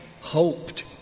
hoped